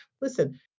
listen